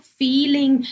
feeling